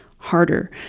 harder